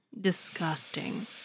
disgusting